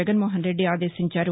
జగన్మోహన్ రెడ్డి ఆదేశించారు